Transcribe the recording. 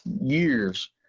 years